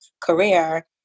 career